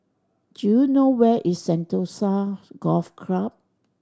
do you know where is Sentosa Golf Club